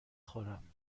خورم